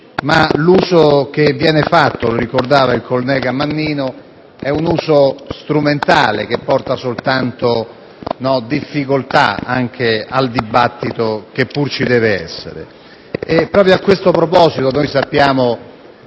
ma l'uso che ne viene fatto - lo ricordava il collega Mannino - è strumentale e porta soltanto difficoltà al dibattito, che pure ci deve essere. Proprio a questo proposito, sappiamo